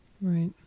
Right